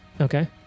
Okay